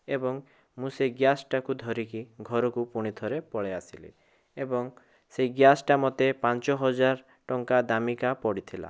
ଏବଂ ମୁଁ ସେଇ ଗ୍ୟାସ୍ଟାକୁ ଧରିକି ଘରକୁ ପୁଣିଥରେ ପଳେଇ ଆସିଲି ଏବଂ ସେଇ ଗ୍ୟାସ୍ଟା ମୋତେ ପାଞ୍ଚହଜାର ଟଙ୍କା ଦାମିକା ପଡ଼ିଥିଲା